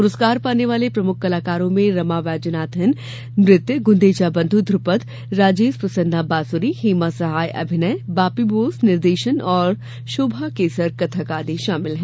प्रस्कार पाने वाले प्रमुख कलाकारों में रमा वैद्यनाथन नत्य गुंदेचा बंध् ध्रपद राजेंद्र प्रसन्ना बांसुरी हेमा सहाय अभिनय बापी बोस निर्देशन और शोभा र्कसर कथक आदि शामिल हैं